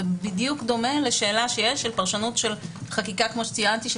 זה בדיוק דומה לשאלה של פרשנות של חקיקה כמו שציינתי,